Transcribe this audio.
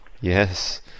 Yes